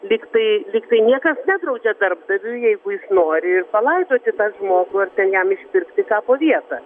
lygtai lygtai niekas nedraudžia darbdaviui jeigu jis nori ir palaidoti tą žmogų ar jam išsipirkti kapo vietą